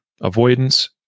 Avoidance